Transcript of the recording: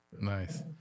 Nice